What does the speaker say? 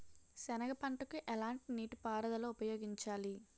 సెనగ పంటకు ఎలాంటి నీటిపారుదల ఉపయోగించాలి?